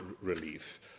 relief